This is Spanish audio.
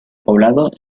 poblado